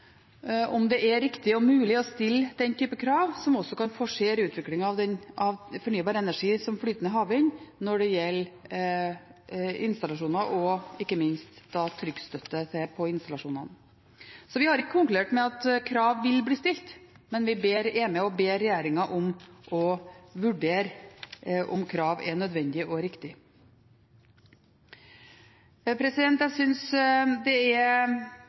om det er riktig og mulig å stille den type krav, som også kan forsere utviklingen av fornybar energi, som flytende havvind, når det gjelder installasjoner og ikke minst trykkstøtte på installasjonene. Så vi har ikke konkludert med at krav vil bli stilt, men vi er med og ber regjeringen vurdere om krav er nødvendig og riktig. Jeg synes det er